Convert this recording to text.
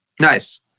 Nice